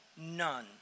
none